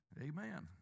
Amen